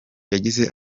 yagize